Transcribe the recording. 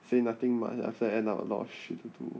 say nothing much after end up a lot of shit to do